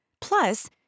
Plus